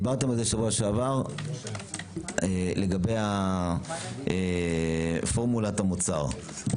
דיברתם על זה שבוע שעבר לגבי פורמולת המוצר.